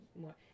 more